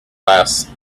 less